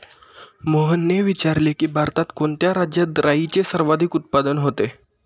मोहनने विचारले की, भारतात कोणत्या राज्यात राईचे सर्वाधिक उत्पादन होते?